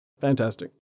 Fantastic